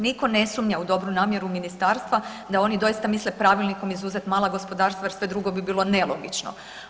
Nitko ne sumnja u dobru namjeru ministarstva da oni doista misle pravilnikom izuzeti mala gospodarstva jer sve drugo bi bilo nelogično.